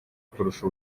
kurusha